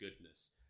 goodness